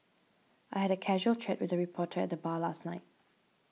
I had a casual chat with a reporter at the bar last night